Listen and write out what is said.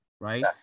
Right